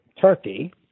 Turkey